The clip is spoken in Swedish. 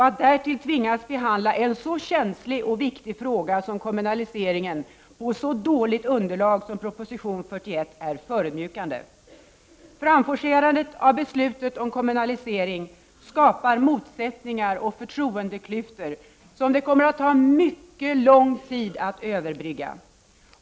Att därtill tvingas behandla en så känslig och viktig fråga som kommunaliseringen på så dåligt underlag som proposition 41 är förödmjukande. Framforcerandet av beslutet om kommunalisering skapar motsättningar och förtroendeklyftor, som det kommer att ta mycket lång tid att överbrygga.